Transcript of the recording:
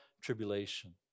tribulation